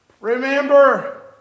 Remember